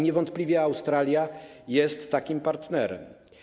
Niewątpliwie Australia jest takim partnerem.